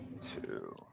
Two